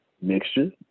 Mixture